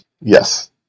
Yes